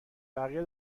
بقیه